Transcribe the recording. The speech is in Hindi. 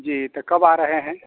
जी तो कब आ रहे हैं